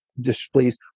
displays